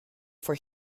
for